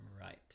Right